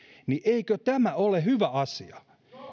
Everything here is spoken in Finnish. niin eikö tämä ole hyvä asia